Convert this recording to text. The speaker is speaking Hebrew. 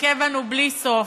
מכה בנו בלי סוף,